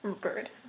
Bird